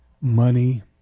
money